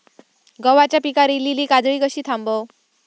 गव्हाच्या पिकार इलीली काजळी कशी थांबव?